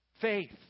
Faith